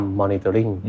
monitoring